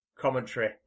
commentary